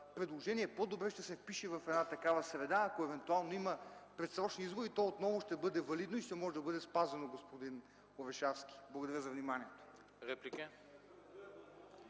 по-добре ще се впише в една такава среда – ако евентуално има предсрочни избори, то отново ще бъде валидно и ще може да бъде спазено, господин Орешарски. Благодаря за вниманието.